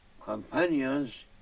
companions